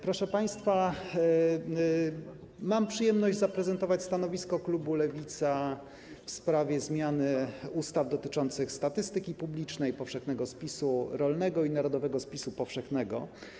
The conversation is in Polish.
Proszę państwa, mam przyjemność zaprezentować stanowisko klubu Lewica w sprawie zmiany ustaw dotyczących statystyki publicznej, powszechnego spisu rolnego i narodowego spisu powszechnego.